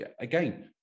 again